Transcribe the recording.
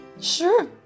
Sure